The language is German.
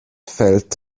fällt